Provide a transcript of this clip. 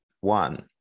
one